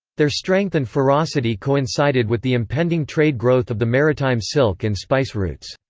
their strength and ferocity coincided with the impending trade growth of the maritime silk and spice routes.